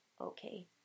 okay